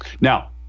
Now